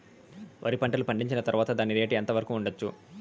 వరి పంటలు పండించిన తర్వాత దాని రేటు ఎంత వరకు ఉండచ్చు